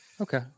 Okay